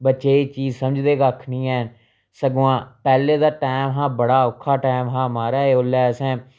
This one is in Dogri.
बच्चे एह् चीज़ समझदे कक्ख नी हैन सगुआं पैह्ले दा टैम हा बड़ा औक्खा टैम हा महाराज ओल्लै असें